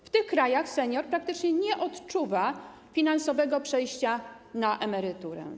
W tych krajach senior praktycznie nie odczuwa finansowo przejścia na emeryturę.